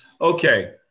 Okay